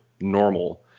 normal